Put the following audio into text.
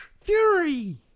Fury